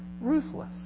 ruthless